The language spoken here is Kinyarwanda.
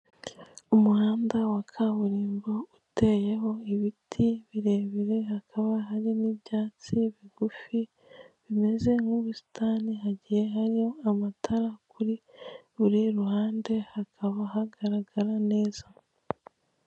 Umuhanda wa kaburimbo uteyeho ibiti birebire, hakaba harimo ibyatsi bigufi bimeze nk'ubusitani, hagiye hari amatara kuri buri ruhande, hakaba hagaragara neza.